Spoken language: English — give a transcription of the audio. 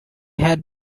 had